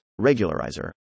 regularizer